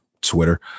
Twitter